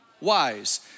wise